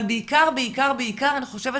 אבל בעיקר אני חושבת